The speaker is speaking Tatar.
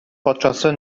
патшасы